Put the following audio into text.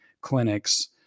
clinics